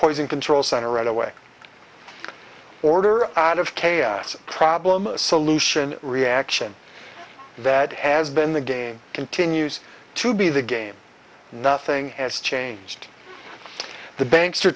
poison control center right away order out of chaos problem a solution reaction that has been the game continues to be the game nothing has changed the banks